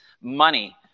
money